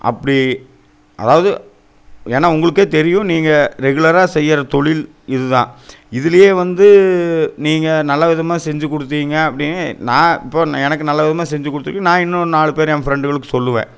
அப்படி அதாவது ஏனால் உங்களுக்கே தெரியும் நீங்கள் ரெகுலராக செய்யுற தொழில் இதுதான் இதிலியே வந்து நீங்கள் நல்லவிதமாக செஞ்சு கொடுத்தீங்க அப்படினா நான் இப்போது எனக்கு நல்லவிதமாக செஞ்சு கொடுத்துருக்கிங்க நான் இன்னும் நாலு பேர் என் ஃப்ரெண்டுகளுக்கு சொல்லுவேன்